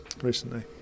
recently